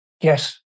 Yes